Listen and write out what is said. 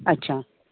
अच्छा